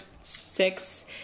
six